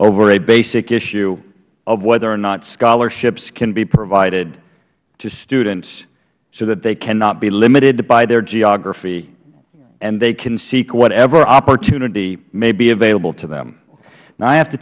over a basic issue of whether or not scholarships can be provided to students so that they cannot be limited by their geography and they can seek whatever opportunity may be available to them now i have to